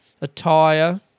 attire